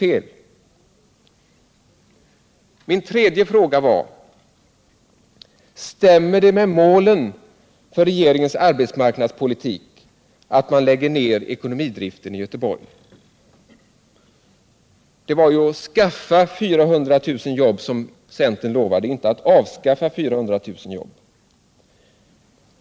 beslut att flytta Min tredje fråga var: Stämmer det med målen för regeringens arbets = ekonomidriften från marknadspolitik att man lägger ner ekonomidriften i Göteborg? Göteborg Det var ju att skaffa 400 000 jobb som centern lovade, inte att avskaffa 400 000 jobb.